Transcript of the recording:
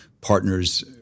partners